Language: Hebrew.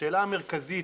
השאלה המרכזית